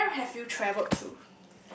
where have you travelled to